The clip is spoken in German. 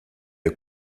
der